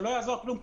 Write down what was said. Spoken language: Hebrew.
זה לא יעזור כלום.